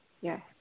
Yes